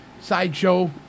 sideshow